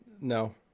No